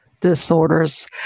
disorders